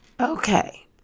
Okay